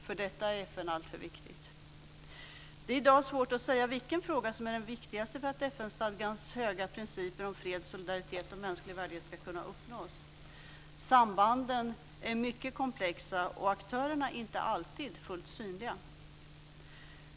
För detta är FN alltför viktigt. Det är i dag svårt att säga vilken fråga som är den viktigaste för att FN-stadgans höga principer om fred, solidaritet och mänsklig värdighet ska kunna uppnås. Sambanden är mycket komplexa och aktörerna inte alltid fullt synliga.